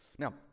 Now